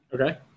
Okay